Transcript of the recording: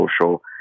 social